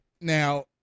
now